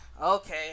Okay